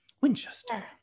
Winchester